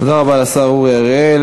תודה רבה לשר אורי אריאל.